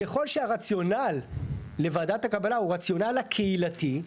ככל שהרציונל לוועדת הקבלה הוא רציונל הקהילתי,